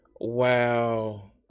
Wow